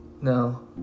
No